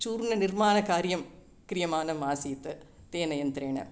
चूर्णनिर्माणकार्यं क्रियमाणमासीत् तेन यन्त्रेण